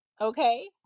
Okay